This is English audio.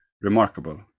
Remarkable